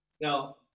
Now